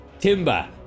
timber